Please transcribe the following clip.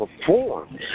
perform